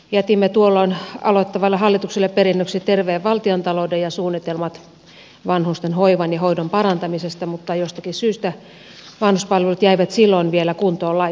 jätimme tuolloin aloittavalle hallitukselle perinnöksi terveen valtiontalouden ja suunnitelmat vanhusten hoivan ja hoidon parantamisesta mutta jostakin syystä vanhuspalvelut jäivät silloin vielä kuntoon laitta matta